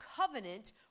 covenant